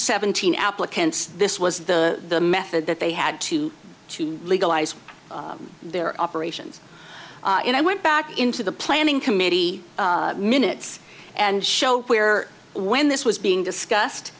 seventeen applicants this was the method that they had to to legalize their operations and i went back into the planning committee minn it's and show where when this was being discussed